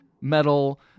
metal